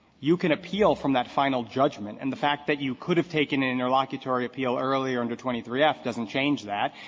you can appeal from that final judgment, and the fact that you could have taken an interlocutory appeal earlier under twenty three f doesn't change that.